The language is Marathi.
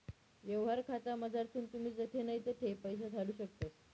यवहार खातामझारथून तुमी जडे नै तठे पैसा धाडू शकतस